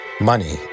Money